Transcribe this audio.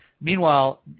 Meanwhile